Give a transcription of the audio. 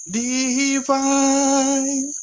divine